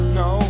no